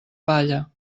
palla